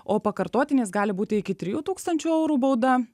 o pakartotinės gali būti iki trijų tūkstančių eurų bauda